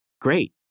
great